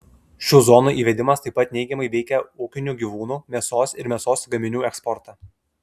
šių zonų įvedimas taip pat neigiamai veikia ūkinių gyvūnų mėsos ir mėsos gaminių eksportą